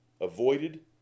avoided